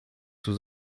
zur